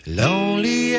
lonely